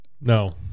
no